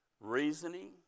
reasoning